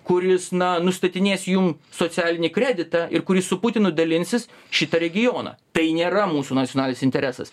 kuris na nustatinės jum socialinį kreditą ir kuris su putinu dalinsis šitą regioną tai nėra mūsų nacionalinis interesas